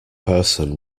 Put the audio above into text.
person